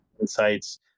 insights